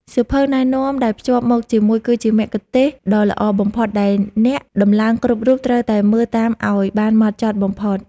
សៀវភៅណែនាំដែលភ្ជាប់មកជាមួយគឺជាមគ្គុទ្ទេសក៍ដ៏ល្អបំផុតដែលអ្នកដំឡើងគ្រប់រូបត្រូវតែមើលតាមឱ្យបានហ្មត់ចត់បំផុត។